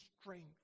strength